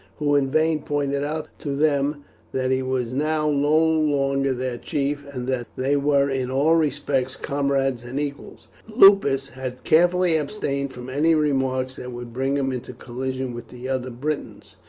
who in vain pointed out to them that he was now no longer their chief, and that they were in all respects comrades and equals. lupus had carefully abstained from any remarks that would bring him into collision with the other britons.